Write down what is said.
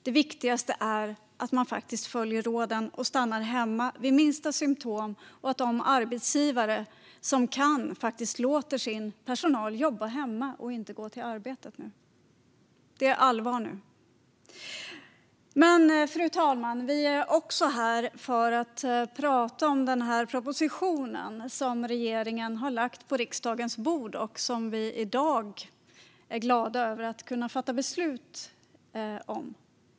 Det viktigaste är att man faktiskt följer råden och stannar hemma vid minsta symtom och att de arbetsgivare som kan låter sin personal jobba hemma och inte gå till arbetet. Det är allvar nu! Men, fru talman, vi är också här för att prata om den proposition som regeringen har lagt på riksdagens bord och som vi i dag är glada att kunna fatta beslut om.